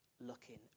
looking